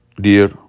dear